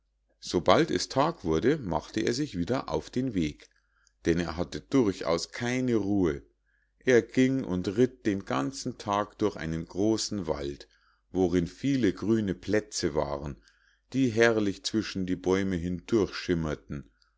sobald es tag wurde machte er sich wieder auf den weg denn er hatte durchaus keine ruhe er ging und ritt den ganzen tag durch einen großen wald worin viele grüne plätze waren die herrlich zwischen die bäume